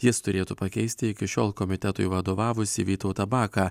jis turėtų pakeisti iki šiol komitetui vadovavusį vytautą baką